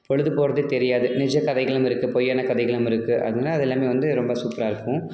பொழுது போவதே தெரியாது நிஜக் கதைகளும் இருக்குது பொய்யான கதைகளும் இருக்குது அதுனால் அதெல்லாமே வந்து ரொம்ப சூப்பராக இருக்கும்